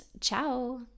Ciao